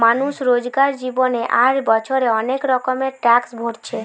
মানুষ রোজকার জীবনে আর বছরে অনেক রকমের ট্যাক্স ভোরছে